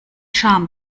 scham